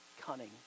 cunning